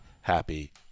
happy